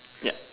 yep